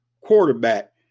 quarterback